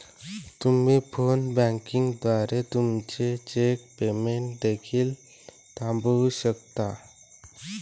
तुम्ही phone banking द्वारे तुमचे चेक पेमेंट देखील थांबवू शकता